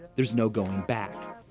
there's no going back.